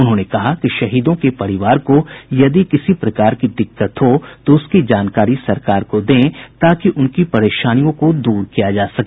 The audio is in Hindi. उन्होंने कहा कि शहीदों के परिवार को यदि किसी प्रकार की दिक्कत हो तो उसकी जानकारी सरकार को दें ताकि उनकी परेशानियों को दूर किया जा सके